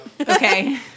Okay